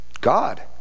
God